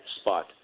spot